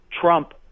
Trump